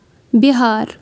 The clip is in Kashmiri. بِہار